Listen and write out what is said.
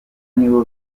nibo